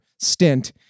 stint